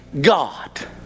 God